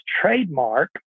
trademark